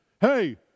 Hey